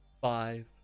five